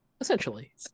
essentially